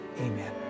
Amen